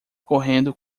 correndo